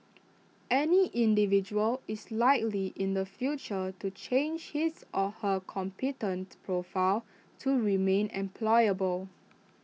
any individual is likely in the future to change his or her competent profile to remain employable